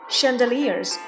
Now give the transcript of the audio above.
Chandeliers